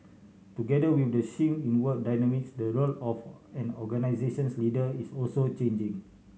together with the shift in work dynamics the role of an organisation's leader is also changing